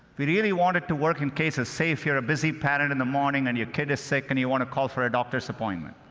we really want it to work in cases, say, if you're a busy parent in the morning and your kid is sick and you want to call for a doctor's appointment.